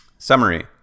Summary